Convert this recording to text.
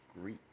Greek